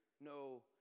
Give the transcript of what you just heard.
no